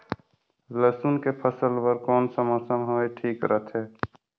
लसुन के फसल बार कोन सा मौसम हवे ठीक रथे?